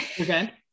Okay